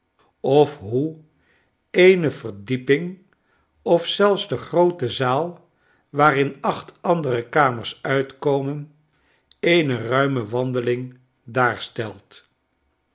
of hoe eene verdieping of zelfs de groote zaal waarin acht andere kamers uitkomen eene ruime